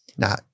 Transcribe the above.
Now